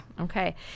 Okay